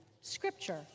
scripture